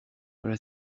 voilà